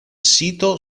sito